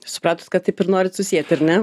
supratot kad taip ir norit susieti ar ne